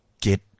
get